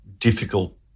difficult